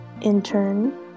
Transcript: intern